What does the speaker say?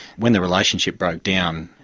when the relationship broke down,